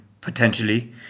potentially